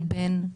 נכון,